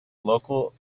local